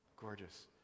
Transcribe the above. Gorgeous